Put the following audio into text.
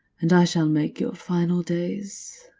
and i shall make your final days.